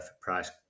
price